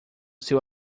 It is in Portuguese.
seu